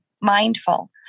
mindful